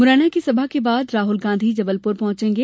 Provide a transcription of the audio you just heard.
मुरैना की सभा के बाद राहुल गांधी जबलपुर पहुंचेगे